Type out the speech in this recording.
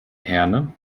herne